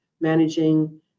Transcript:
managing